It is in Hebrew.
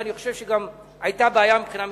ואני חושב שגם היתה בעיה מבחינה משפטית,